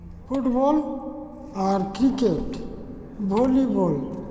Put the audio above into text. football ᱟᱨ cricket volleyball